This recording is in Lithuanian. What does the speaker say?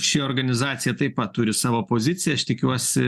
ši organizacija taip pat turi savo poziciją aš tikiuosi